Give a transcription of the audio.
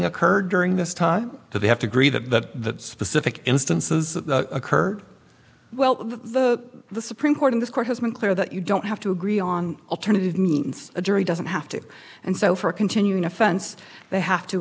occurred during this time so they have to agree that the specific instances occurred well the supreme court in this court has been clear that you don't have to agree on alternative means a jury doesn't have to and so for a continuing offense they have to